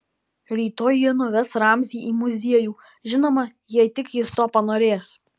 rytoj ji nuves ramzį į muziejų žinoma jei tik jis to panorės